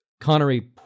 Connery